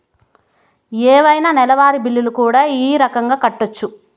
ఏవైనా నెలవారి బిల్లులు కూడా ఈ రకంగా కట్టొచ్చు